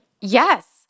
Yes